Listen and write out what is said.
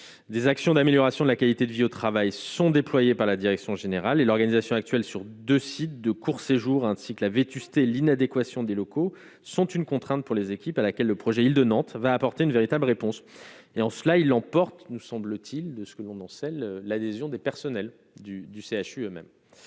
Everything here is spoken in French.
des actions d'amélioration de la qualité de vie au travail sont déployés par la direction générale et l'organisation actuelle sur 2 sites de court séjour, ainsi que la vétusté, l'inadéquation des locaux sont une contrainte pour les équipes, à laquelle le projet Île de Nantes va apporter une véritable réponse et en cela, il l'emporte, nous semble-t-il, de ce que l'on en selle l'adhésion des personnels du du CHU eux-mêmes